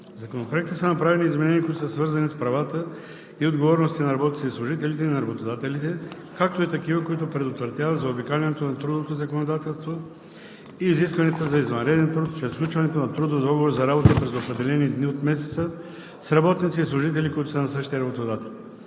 В Законопроекта са направени изменения, които са свързани с правата и отговорностите на работниците и служителите и на работодателите, както и такива, които предотвратяват заобикалянето на трудовото законодателство и изискванията за извънреден труд чрез сключването на трудов договор за работа през определени дни от месеца с работници и служители, които са на същия работодател.